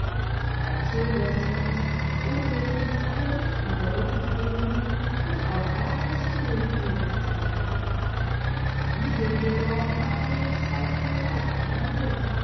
er zögerte ungewiß ob er nicht lieber umkehren und auch agnes zurückführen sollte diese jedoch machte dem zweifel bald ein ende